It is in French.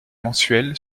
mensuel